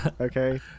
okay